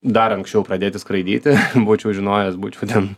dar anksčiau pradėti skraidyti būčiau žinojęs būčiau ten